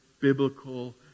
biblical